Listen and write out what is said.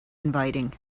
inviting